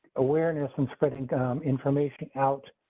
awareness and spreading information out.